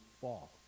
fall